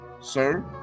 sir